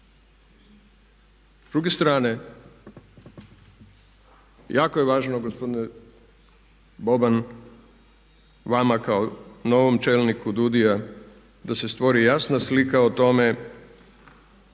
S druge strane jako je važno gospodine Boban vama kao novom čelniku DUDI-ja da se stvori jasna slika o tome